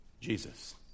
Jesus